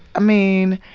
mean,